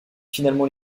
finalement